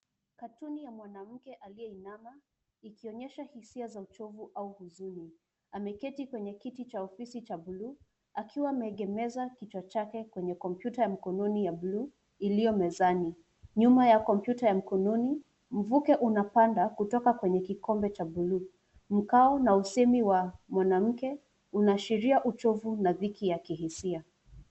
Cartoon ya mwanamke aliyeinama ikionyesha hisia za uchovu au huzuni, ameketi kwenye kiti cha ofisi cha blue akiwa ameegemeza kichwa chake kwenye computer ya mkononi ya blue iliyomezani, nyuma ya computer ya mkononi, mvuke unapanda kutoka kwenye kikombe cha blue , mkao na usemi wa mwanamke unaashiria uchovu na dhiki ya kihisia.